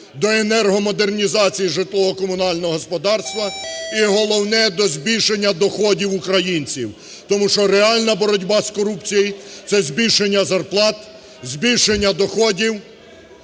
до енергомодернізації житлово-комунального господарства і головне – до збільшення доходів українців. Тому що реальна боротьба з корупцією – це збільшення зарплат, збільшення доходів